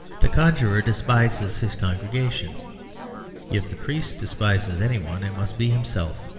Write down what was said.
the conjurer despises his congregation if the priest despises any one, it must be himself.